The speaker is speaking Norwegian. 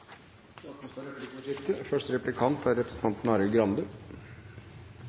Det åpnes for replikkordskifte.